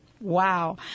wow